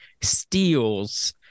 steals